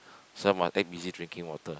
so must act busy drinking water